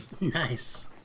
Nice